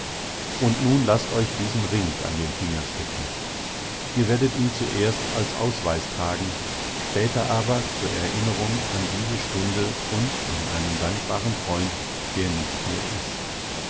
und nun laßt euch diesen ring an den finger stecken ihr werdet ihn zuerst als ausweis tragen später aber zur erinnerung an diese stunde und an einen dankbaren freund der nicht mehr ist